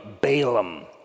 Balaam